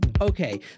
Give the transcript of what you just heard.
Okay